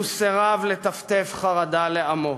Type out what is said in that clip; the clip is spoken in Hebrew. הוא סירב לטפטף חרדה לעצמו.